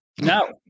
no